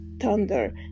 thunder